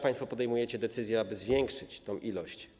Państwo podejmujecie decyzję, aby zwiększyć tę ilość.